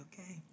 Okay